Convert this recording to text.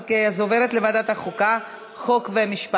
אז אוקיי, אז היא עוברת לוועדת החוקה, חוק ומשפט.